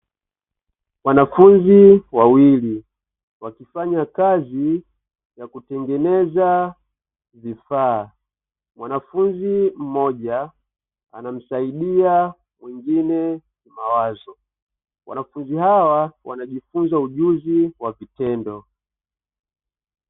wanafunzi wawili wakifanya kazi ya kutengeneza vifaa, mwanafunzi mmoja anamsaidia mwingine mawazo; wanafunzi hawa wanajifunza ujuzi wa vitendo.